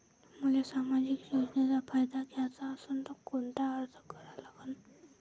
मले सामाजिक योजनेचा फायदा घ्याचा असन त कोनता अर्ज करा लागन?